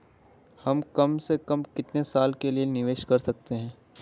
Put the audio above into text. हम कम से कम कितने साल के लिए निवेश कर सकते हैं?